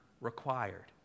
required